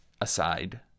aside